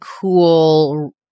cool